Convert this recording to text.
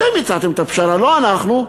אתם הצעתם את הפשרה, לא אנחנו,